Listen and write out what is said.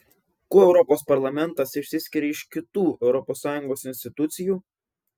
kuo europos parlamentas išsiskiria iš kitų europos sąjungos institucijų